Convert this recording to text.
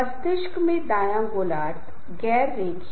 functional group क्या हैं